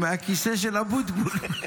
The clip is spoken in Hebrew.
מהכיסא של אבוטבול.